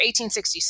1866